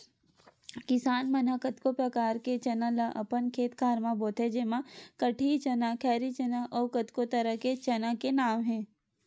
किसान मन ह कतको परकार के चना ल अपन खेत खार म बोथे जेमा कटही चना, खैरी चना अउ कतको तरह के चना के नांव हे